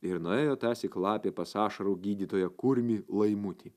ir nuėjo tąsyk lapė pas ašarų gydytoją kurmį laimutį